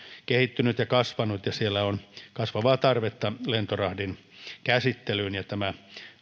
kehittynyt ja kasvanut ja siellä on kasvavaa tarvetta lentorahdin käsittelyyn tämä